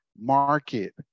market